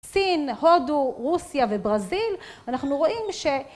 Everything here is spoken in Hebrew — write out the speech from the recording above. סין, הודו, רוסיה וברזיל, אנחנו רואים ש...